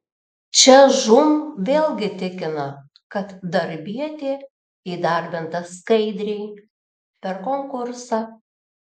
čia žūm vėlgi tikina kad darbietė įdarbinta skaidriai per konkursą